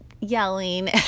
yelling